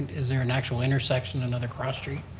is there an actual intersection, another cross street?